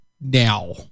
now